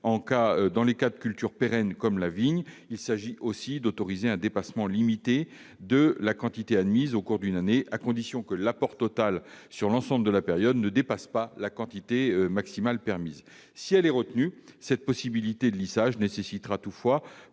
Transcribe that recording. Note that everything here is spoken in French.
dans le cas des cultures pérennes comme la vigne. Il s'agit d'autoriser un dépassement limité de la quantité admise au cours d'une année, à condition que l'apport total sur l'ensemble de la période ne dépasse pas la quantité maximale permise. Si elle est retenue, cette possibilité de lissage nécessitera toutefois,